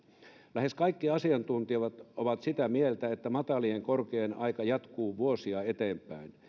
lähes kaikki asiantuntijat ovat sitä mieltä että matalien korkojen aika jatkuu vuosia eteenpäin